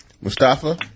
Mustafa